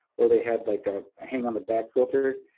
or they had like ah a hang-on-the-back filter.